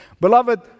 Beloved